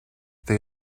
they